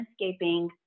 landscaping